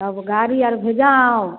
अब गाड़ी आर भेजाउ